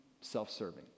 self-serving